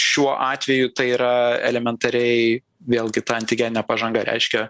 šiuo atveju tai yra elementariai vėlgi ta antigeninė pažanga reiškia